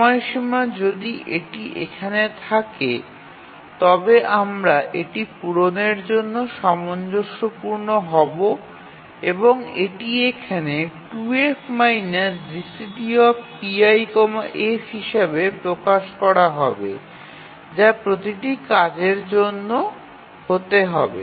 সময়সীমা যদি এটি এখানে থাকে তবে আমরা এটি পূরণের জন্য সামঞ্জস্যপূর্ণ হব এবং এটি এখানে 2F GCD pi f হিসাবে প্রকাশ করা হবে যা প্রতিটি কাজের জন্য হতে হবে